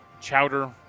chowder